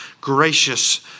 gracious